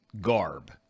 garb